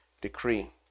decree